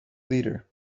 leader